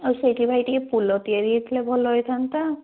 ଆଉ ସେଇଠି ଭାଇ ଟିକିଏ ପୋଲ ତିଆରି ହେଇଥିଲେ ଭଲ ହେଇଥାନ୍ତା